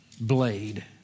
blade